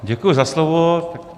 Děkuji za slovo.